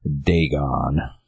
Dagon